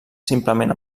simplement